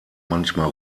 manchmal